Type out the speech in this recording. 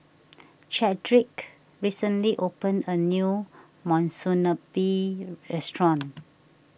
Chadrick recently opened a new Monsunabe restaurant